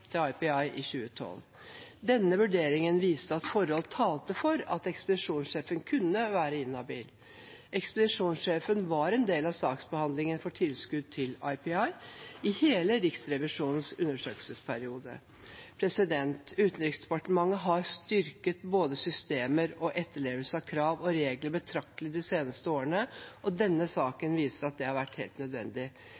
IPI i 2012. Denne vurderingen viste at forhold talte for at ekspedisjonssjefen kunne være inhabil. Ekspedisjonssjefen var en del av saksbehandlingen for tilskudd til IPI i hele Riksrevisjonens undersøkelsesperiode. Utenriksdepartementet har styrket både systemer og etterlevelse av krav og regler betraktelig de seneste årene. Denne